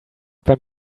beim